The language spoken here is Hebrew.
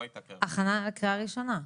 הכנה לקריאה ראשונה.